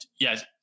yes